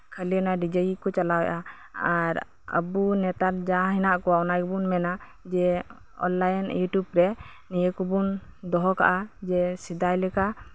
ᱠᱷᱟᱞᱤ ᱚᱱᱟ ᱰᱤᱡᱮ ᱜᱮᱠᱚ ᱪᱟᱞᱟᱣᱭᱮᱫᱼᱟ ᱟᱨ ᱟᱵᱚ ᱱᱮᱛᱟᱨ ᱡᱟ ᱢᱮᱱᱟᱜ ᱠᱚᱣᱟ ᱟᱵᱚ ᱵᱚᱱ ᱢᱮᱱᱟ ᱚᱱ ᱞᱟᱭᱤᱱ ᱤᱭᱩᱴᱩᱵᱽ ᱨᱮ ᱱᱤᱭᱟᱹ ᱠᱚᱵᱚᱱ ᱫᱚᱦᱚ ᱠᱟᱜᱼᱟ ᱡᱮ ᱥᱮᱫᱟᱭ ᱞᱮᱠᱟ